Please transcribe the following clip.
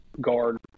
guard